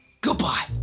goodbye